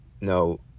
no